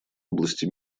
области